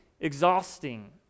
exhausting